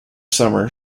summer